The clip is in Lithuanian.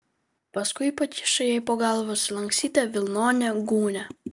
paskui pakišo jai po galva sulankstytą vilnonę gūnią